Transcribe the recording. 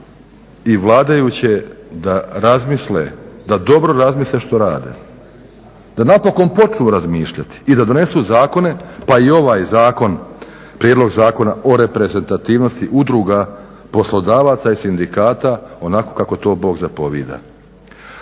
i vladajuće da razmisle, da dobro razmisle što rade, da napokon počnu razmišljati i da donesu zakone pa i ovaj zakon Prijedlog zakona o reprezentativnosti udruga poslodavaca i sindikata onako kako to Bog zapovijeda.